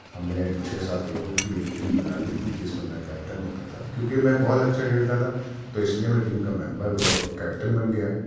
ہم نے چھ سات لڑکوں کی ایک ٹیم بنا لی تھی جس میں کیپٹن ہوتا تھا کیونکہ میں بہت اچھا کھیلتا تھا تو اسلئے میں ٹیم کا ممبر کیپٹن بن گیا